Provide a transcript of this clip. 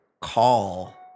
call